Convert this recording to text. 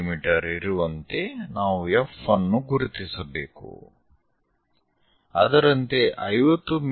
me ಇರುವಂತೆ ನಾವು F ಅನ್ನು ಗುರುತಿಸಬೇಕು ಅದರಂತೆ 50 ಮಿ